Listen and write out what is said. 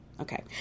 Okay